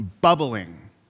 bubbling